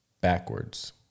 backwards